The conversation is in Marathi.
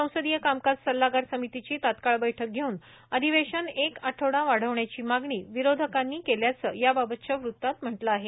संसदीय कामकाज सल्लागार समितीची तत्काळ बैठक घेऊन अधिवेशन एक आठवडा वाढवण्याची मागणी विरोधकांनी केल्याचं याबाबतच्या वृत्तात म्हटलं आहे